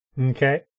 Okay